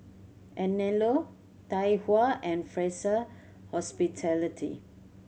Anello Tai Hua and Fraser Hospitality